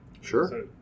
Sure